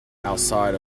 outside